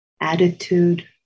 attitude